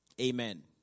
Amen